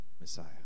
Messiah